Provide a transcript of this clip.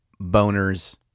boners